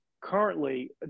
currently